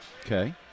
okay